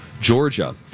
Georgia